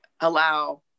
allow